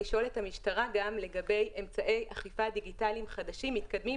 לשאול את המשטרה גם לגבי אמצעי אכיפה דיגיטליים חדשים מתקדמים